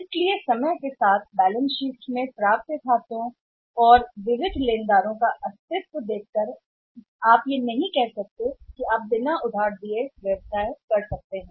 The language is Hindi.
तो समय की अवधि में अस्तित्व को देखा प्राप्य और विविध लेनदारों के खातों में बैलेंस शीट में आप ऐसा नहीं कह सकते आप क्रेडिट दिए बिना एक व्यवसाय कर सकते हैं